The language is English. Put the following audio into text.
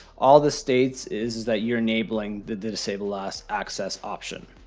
all the states is that you're enabling the disable last access option.